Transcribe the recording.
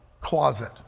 closet